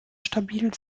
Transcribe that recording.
stabil